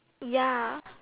ya